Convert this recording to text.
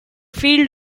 field